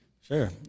Sure